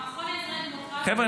המכון --- חבר'ה,